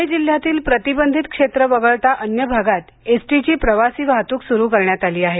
पूणे जिल्ह्यातील प्रतिवंधित क्षेत्र वगळता अन्य भागांत एसटीची प्रवासी वाहतूक सुरू करण्यात आली आहे